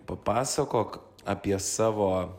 papasakok apie savo